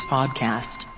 Podcast